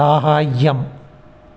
साहाय्यम्